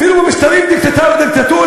אפילו במשטרים דיקטטוריים,